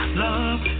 love